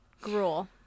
gruel